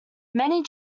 many